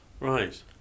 Right